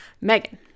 Megan